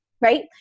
right